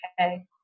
okay